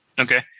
Okay